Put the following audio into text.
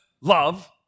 love